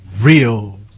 real